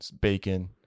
Bacon